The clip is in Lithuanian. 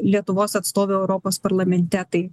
lietuvos atstovė europos parlamente tai vat